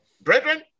Brethren